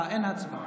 אין הצבעה.